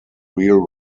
real